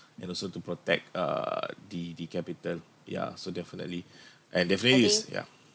and also to protect err the the capital yeah so definitely and definitely it's yeah